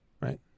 right